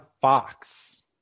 Fox